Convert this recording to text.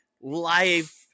life